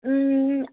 ꯎꯝ